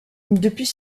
depuis